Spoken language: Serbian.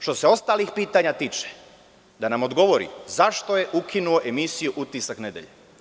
Što se ostalih pitanja tiče, da nam odgovori – zašto je ukinuo emisiju „Utisak nedelje“